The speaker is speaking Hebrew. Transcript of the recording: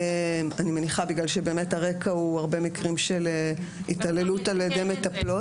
אני מניחה בגלל שהרקע הוא הרבה מקרי התעללות על ידי מטפלות.